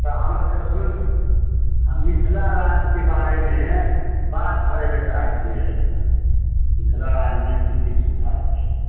तऽ हमरासभके सुनू ने हम मिथिला राज्यके बारेमे बात करैके चाहैत छियै मिथिला राज्यमे की की सुविधा छै